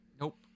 Nope